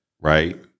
right